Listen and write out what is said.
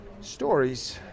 Stories